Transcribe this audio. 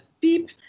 beep